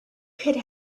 could